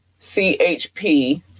chp